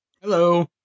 Hello